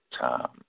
time